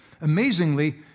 Amazingly